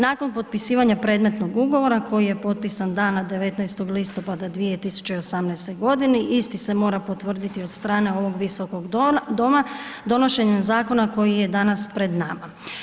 Nakon potpisivanja predmetnog ugovora, koji je potpisan dana 19. listopada 2018. godini, isti se mora potvrditi od strane ovog Visokog doma, donošenjem zakona koji je danas pred nama.